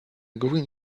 green